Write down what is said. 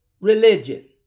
religion